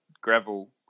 gravel